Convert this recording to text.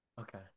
Okay